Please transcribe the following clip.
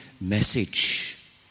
message